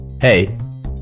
Hey